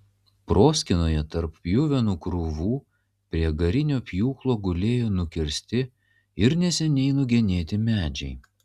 proskynoje tarp pjuvenų krūvų prie garinio pjūklo gulėjo nukirsti ir neseniai nugenėti medžiai